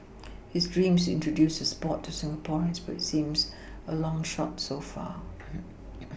his dream is to introduce the sport to Singaporeans but it seems a long shot so far